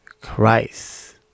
Christ